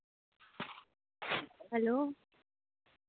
hello